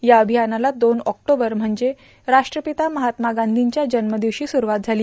या अभियानाला दोन ऑक्टोबर म्हणजे राष्ट्रपिता महात्मा गांधींच्या जन्मदिवशी स्ररूवात झाली